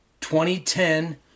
2010